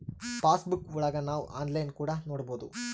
pass ಬುಕ್ಕಾ ಒಳಗ ನಾವ್ ಆನ್ಲೈನ್ ಕೂಡ ನೊಡ್ಬೋದು